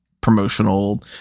promotional